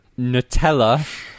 Nutella